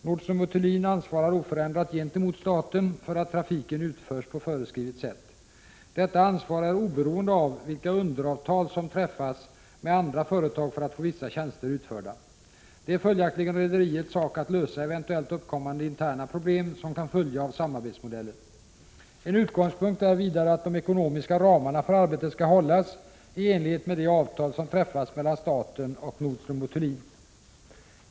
Nordström & Thulin ansvarar oförändrat gentemot staten för att trafiken utförs på föreskrivet sätt. Detta ansvar är oberoende av vilka underavtal som träffas med andra företag för att få vissa tjänster utförda. Det är följaktligen rederiets sak att lösa eventuellt uppkommande interna problem som kan följa av samarbetsmodellen. En utgångspunkt är vidare att de ekonomiska ramarna för arbetet skall hållas i enlighet med det avtal som träffats mellan staten och Nordström & Thulin.